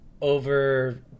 over